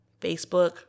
Facebook